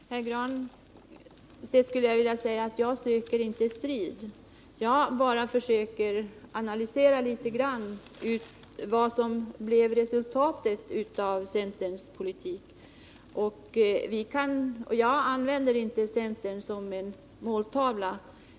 Herr talman! Till Pär Granstedt vill jag säga att jag inte söker strid. Jag försöker bara analysera litet vad som blev resultatet av centerns politik. Jag använder inte centern såsom en måltavla.